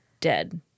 dead